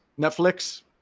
Netflix